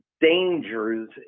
dangers